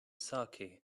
saké